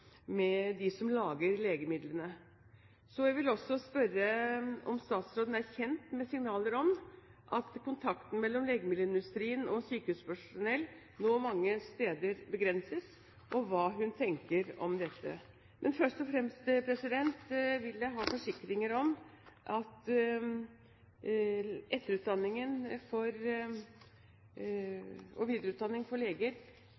som lager legemidlene? Jeg vil også spørre om statsråden er kjent med signaler om at kontakten mellom legemiddelindustrien og sykehuspersonell nå mange steder begrenses, og hva hun tenker om dette. Men først og fremst vil jeg ha forsikringer om at etter- og videreutdanningen for leger,